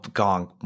gong